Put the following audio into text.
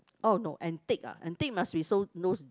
oh no antique ah antique must be